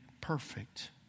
perfect